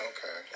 Okay